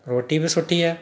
रोटी बि सुठी आहे